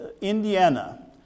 Indiana